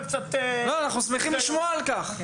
אנחנו שמחים לשמוע על כך.